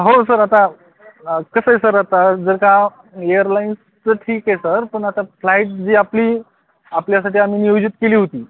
हो सर आता कसं आहे सर आता जर का एअरलाईन्सचं ठीक आहे सर पण आता फ्लाईट जी आपली आपल्यासाठी आम्ही नियोजित केली होती